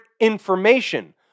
information